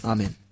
Amen